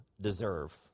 deserve